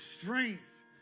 strength